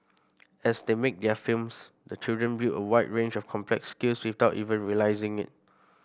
as they make their films the children build a wide range of complex skills without even realising it